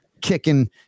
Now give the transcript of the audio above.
kicking